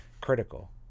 critical